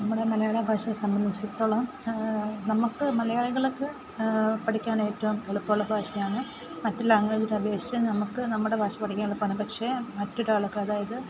നമ്മുടെ മലയാളഭാഷയെ സംബന്ധിച്ചെടുത്തോളം നമുക്ക് മലയാളികൾക്ക് പഠിക്കാൻ ഏറ്റവും എളുപ്പമുള്ള ഭാഷയാണ് മറ്റു ലാംഗ്വേജിനെ അപേക്ഷിച്ച് നമുക്ക് നമ്മുടെ ഭാഷ പഠിക്കാൻ എളുപ്പമാണ് പക്ഷെ മറ്റൊരാൾക്ക് അതായത്